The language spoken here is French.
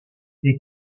est